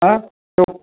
हा तर